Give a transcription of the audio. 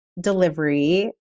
delivery